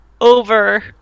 over